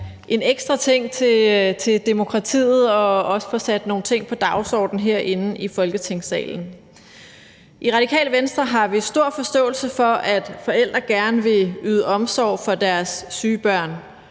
en ekstra ting til demokratiet og også til at få sat nogle ting på dagsordenen herinde i Folketingssalen. I Radikale Venstre har vi stor forståelse for, at forældre gerne vil yde omsorg for deres syge børn.